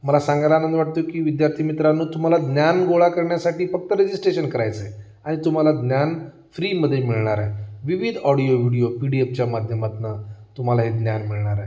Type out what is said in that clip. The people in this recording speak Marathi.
मला सांगायला आनंद वाटतो की विद्यार्थी मित्रांनो तुम्हाला ज्ञान गोळा करण्यासाठी फक्त रजिस्ट्रेशन करायचं आहे आणि तुम्हाला ज्ञान फ्रीमध्ये मिळणार आहे विविध ऑडियो व्हिडिओ पी डी एफच्या माध्यमातून तुम्हाला हे ज्ञान मिळणार आहे